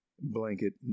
blanket